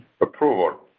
approval